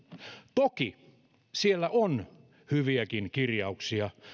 toki siellä on hyviäkin kirjauksia